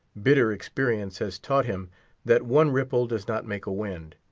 bitter experience has taught him that one ripple does not make a wind,